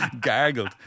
Gargled